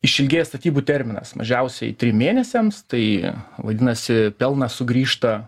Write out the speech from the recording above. išilgėja statybų terminas mažiausiai trim mėnesiams tai vadinasi pelnas sugrįžta